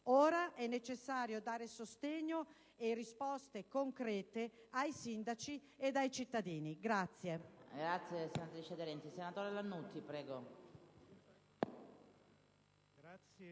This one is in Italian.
Ora, è necessario dare sostegno e risposte concrete ai sindaci e ai cittadini colpiti.